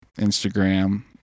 Instagram